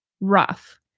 rough